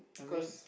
cause